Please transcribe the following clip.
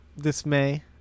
dismay